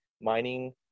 mining